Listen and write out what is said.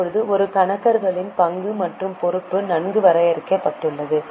இப்போது ஒரு கணக்காளரின் பங்கு மற்றும் பொறுப்பு நன்கு வரையறுக்கப்பட்டுள்ளது